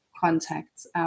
contacts